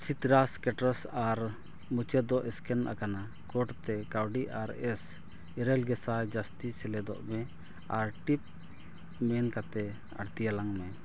ᱥᱤᱴᱨᱟᱥ ᱥᱤᱴᱨᱟᱥ ᱟᱨ ᱢᱩᱪᱟᱹᱫ ᱥᱠᱮᱱ ᱟᱠᱟᱱ ᱠᱳᱰ ᱛᱮ ᱠᱟᱣᱰᱤ ᱟᱨ ᱮᱥ ᱤᱨᱟᱹᱞ ᱜᱮᱥᱟᱭ ᱡᱟᱥᱛᱤ ᱥᱮᱞᱮᱫ ᱢᱮ ᱟᱨ ᱴᱤᱯ ᱢᱮᱱ ᱠᱟᱛᱮᱫ ᱟᱲᱛᱤᱭᱟᱜ ᱢᱮ